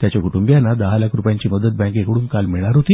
त्याच्या कुटुंबियांना दहा लाख रूपयांची मदत बँकेकडून काल मिळणार होती